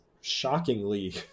shockingly